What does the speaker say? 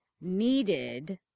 needed